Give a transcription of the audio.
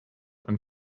and